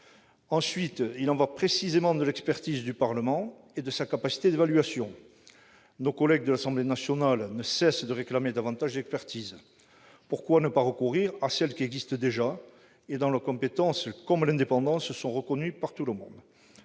Ensuite, il y va de l'expertise du Parlement et de sa capacité d'évaluation. Nos collègues de l'Assemblée nationale ne cessent de réclamer davantage d'expertise. Pourquoi ne pas recourir à celle qui existe déjà et dont la compétence comme l'indépendance sont reconnues par tous ? En